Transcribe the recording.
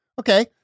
Okay